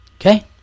Okay